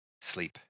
Sleep